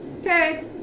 Okay